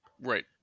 Right